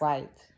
Right